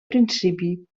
principi